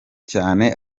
cyane